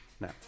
No